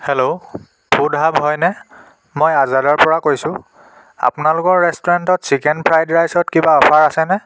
hello food hub হয়নে মই আজাৰাৰ পৰা কৈছোঁ আপোনালোকৰ ৰেষ্টুৰেন্টত চিকেন ফ্ৰাইড ৰাইচত কিবা অফাৰ আছেনে